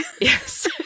yes